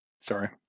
Sorry